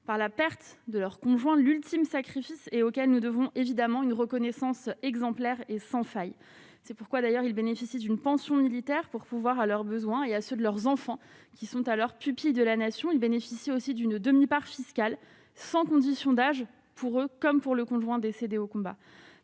par la perte de leur conjoint, l'ultime sacrifice et auquel nous devons évidemment une reconnaissance exemplaire et sans faille, c'est pourquoi d'ailleurs, il bénéficie d'une pension militaire pour pourvoir à leurs besoins et à ceux de leurs enfants qui sont à leurs pupilles de la nation, il bénéficie aussi d'une demi-part fiscale sans condition d'âge pour eux comme pour le conjoint décédé au combat,